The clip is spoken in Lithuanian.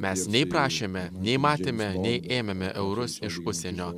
mes nei prašėme nei matėme nei ėmėme eurus iš užsienio